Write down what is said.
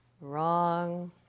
wrong